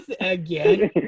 again